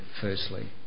firstly